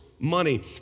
money